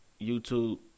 YouTube